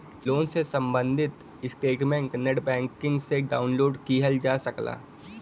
loan से सम्बंधित statement net banking से डाउनलोड किहल जा सकला